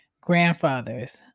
grandfathers